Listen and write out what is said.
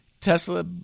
tesla